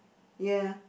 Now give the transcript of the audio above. ya